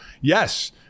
yes